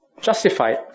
justified